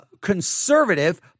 conservative